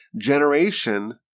generation